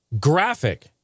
graphic